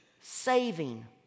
saving